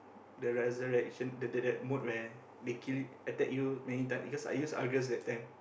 the resurrection the the that mood where they kill attack you many time because I use Argus that time